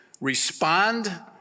respond